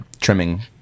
trimming